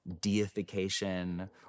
deification